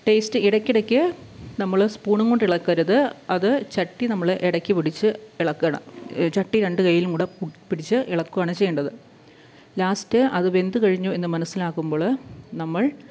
taste ഇടയ്ക്കിടയ്ക്ക് നമ്മൾ സ്പൂണും കൊണ്ടിളക്കരുത് അത് ചട്ടി നമ്മൾ ഇടയ്ക്ക് പിടിച്ച് ഇളക്കണം ചട്ടി രണ്ടു കൈയ്യിലും കൂടി കൂട്ടിപ്പിടിച്ച് ഇളക്കുകയാണ് ചെയ്യേണ്ടത് ലാസ്റ്റ് അതു വെന്തുകഴിഞ്ഞു എന്നു മനസ്സിലാകുമ്പോൾ നമ്മൾ